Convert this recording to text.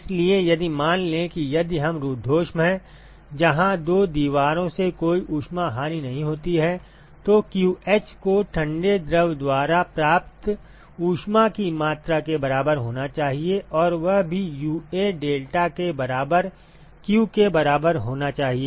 इसलिए यदि मान लें कि यदि यह रुद्धोष्म है जहाँ दो दीवारों से कोई ऊष्मा हानि नहीं होती है तो qh को ठंडे द्रव द्वारा प्राप्त ऊष्मा की मात्रा के बराबर होना चाहिए और वह भी UA डेल्टा के बराबर q के बराबर होना चाहिए